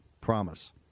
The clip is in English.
promise